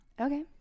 Okay